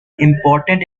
important